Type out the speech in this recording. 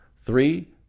Three